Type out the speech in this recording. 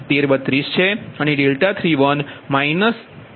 01332 છે અને 31 2